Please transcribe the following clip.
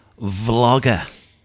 vlogger